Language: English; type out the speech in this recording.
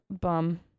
bum